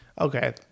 okay